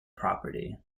property